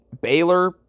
Baylor